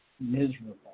miserable